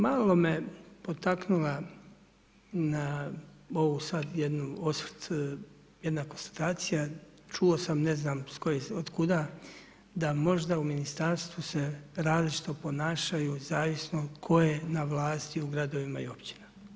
Malo me potaknula na ovu sad jednu osvrt jedna konstatacija, čuo sam, ne znam od kuda, da možda u ministarstvu se različito ponašaju zavisno tko je na vlasti u gradovima i općinama.